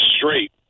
straight